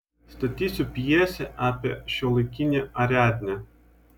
statysiu pjesę apie šiuolaikinę ariadnę